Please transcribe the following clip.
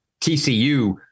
TCU